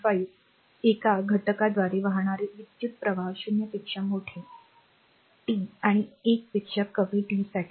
5 एका घटकाद्वारे वाहणारे विद्युत् प्रवाह 0 पेक्षा मोठे t आणि 1 पेक्षा कमी टी साठी